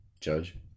Judge